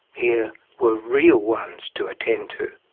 here were real ones to attend to.